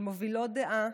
של מובילות דעה,